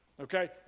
Okay